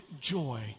joy